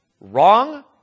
Wrong